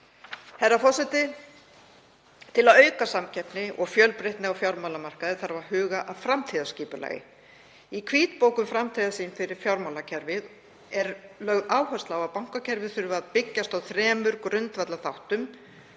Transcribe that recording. Herra forseti. Til að auka samkeppni og fjölbreytni á fjármálamarkaði þarf að huga að framtíðarskipulagi. Í hvítbók um framtíðarsýn fyrir fjármálakerfið er lögð áhersla á að bankakerfið þurfi að byggjast á þremur grundvallarþáttum